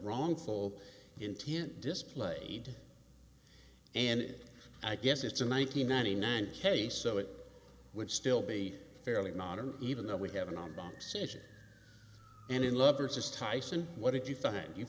wrongful intent displayed and i guess it's a nine hundred ninety nine case so it would still be fairly modern even though we have an on bumps issue and in lover says tyson what if you find you've